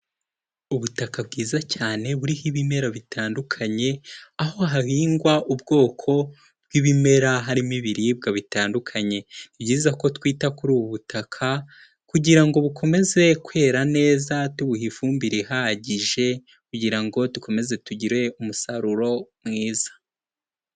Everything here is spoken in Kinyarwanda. Ubutaka bwiza cyane buriho ibimera bitandukanye, aho hahingwa ubwoko bw'ibimera harimo ibiribwa bitandukanye. Ni byiza ko twita kuri ubu butaka kugira ngo bukomeze kwera neza tubuha ifumbire ihagije kugira ngo dukomeze tugire umusaruro mwiza.